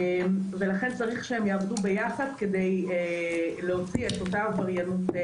ולכן צריך שהם יעבדו ביחד כדי להוציא את אותה עבריינות.